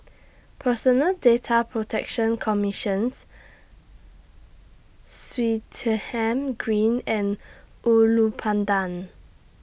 Personal Data Protection Commissions Swettenham Green and Ulu Pandan